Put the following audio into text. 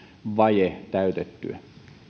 vaje täytettyä